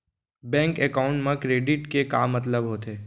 Bank account मा credit के का मतलब होथे?